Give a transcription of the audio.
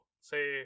say